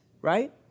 right